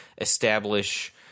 establish